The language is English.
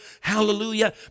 Hallelujah